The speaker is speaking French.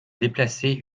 déplacer